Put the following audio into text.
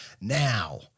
now